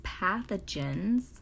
pathogens